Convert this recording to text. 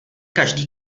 každý